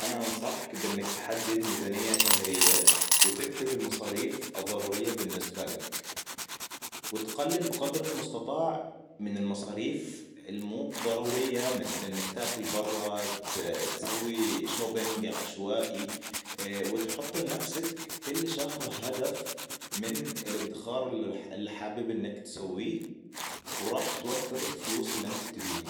أنا أنصحك بإنك تحدد ميزانية شهرية وتكتب المصاريف الضرورية بالنسبة لك. وتقلل بقدر المستطاع من المصاريف الموب ضرورية مثل إنك تاكل برا تسوي شوبينج عشوائي. وتحط لنفسك كل شهر هدف من الإدخار اللي حابب إنك تسويه. وراح توفر الفلوس اللي أنت تبيها